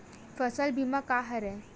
फसल बीमा का हरय?